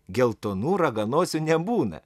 geltonų raganosių nebūna